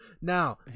Now